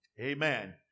amen